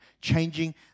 changing